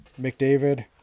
McDavid